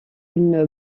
une